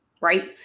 right